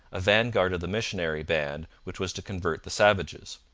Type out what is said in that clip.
a vanguard of the missionary band which was to convert the savages.